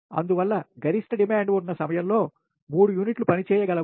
అందువల్ల గరిష్ట డిమాండ్ ఉన్న సమయములో 3 యూనిట్లు పనిచేయగలవు